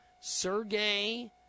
Sergey